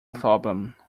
problem